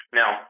now